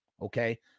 okay